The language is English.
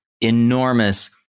enormous